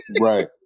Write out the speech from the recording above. right